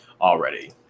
already